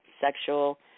sexual